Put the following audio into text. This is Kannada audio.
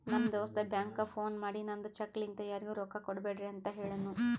ನಮ್ ದೋಸ್ತ ಬ್ಯಾಂಕ್ಗ ಫೋನ್ ಮಾಡಿ ನಂದ್ ಚೆಕ್ ಲಿಂತಾ ಯಾರಿಗೂ ರೊಕ್ಕಾ ಕೊಡ್ಬ್ಯಾಡ್ರಿ ಅಂತ್ ಹೆಳುನೂ